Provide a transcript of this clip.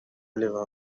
لیوان